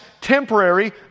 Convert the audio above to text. temporary